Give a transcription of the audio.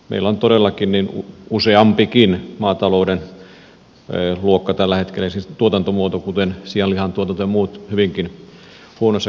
meillä on todellakin useampikin maatalouden tuotantomuoto tällä hetkellä kuten sianlihantuotanto ja muut hyvinkin huonossa kannattavuustilanteessa